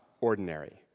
ordinary